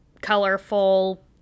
colorful